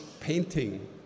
painting